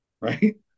right